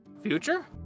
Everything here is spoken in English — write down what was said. Future